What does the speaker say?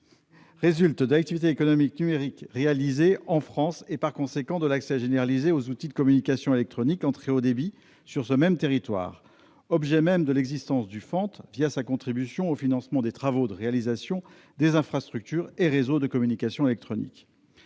résulte de l'activité économique numérique réalisée en France et, par conséquent, de l'accès généralisé aux outils de communication électronique en très haut débit sur notre territoire, objet même de l'existence du FANT la contribution au financement des travaux de réalisation des infrastructures et réseaux de communications électroniques.